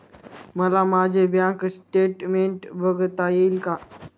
मला माझे bank statement बघता येईल का?